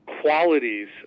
qualities